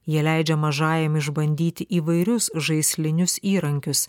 jie leidžia mažajam išbandyti įvairius žaislinius įrankius